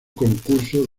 concurso